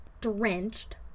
drenched